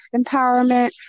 empowerment